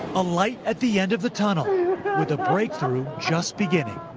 a light at the end of the tunnel with a break through just beginning.